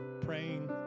praying